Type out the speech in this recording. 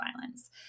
violence